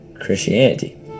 Christianity